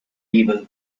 evil